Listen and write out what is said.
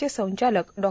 चे संचालक डॉ